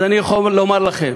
אז אני יכול לומר לכם: